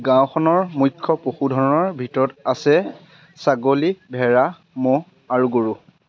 গাঁওখনৰ মুখ্য পশুধনৰ ভিতৰত আছে ছাগলী ভেড়া ম'হ আৰু গৰু